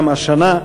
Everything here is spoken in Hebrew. וגם השנה,